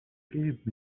gave